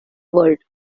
world